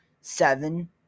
seven